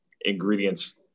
ingredients